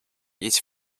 each